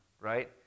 right